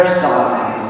side